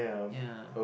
ya